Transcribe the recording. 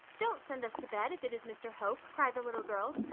don't send us to bed if it is mr hope! cried the little girls.